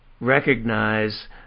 Recognize